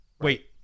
Wait